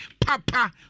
Papa